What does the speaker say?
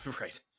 right